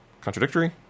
contradictory